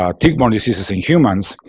um tick-borne diseases in humans.